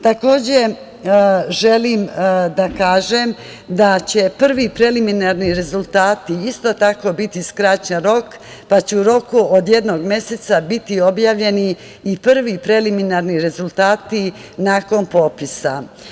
Takođe, želim da kažem da će za prve preliminarne rezultate isto tako biti skraćen rok, pa će u roku od jednog meseca biti objavljeni i prvi preliminarni rezultati nakon popisa.